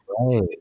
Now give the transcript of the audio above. Right